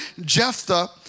Jephthah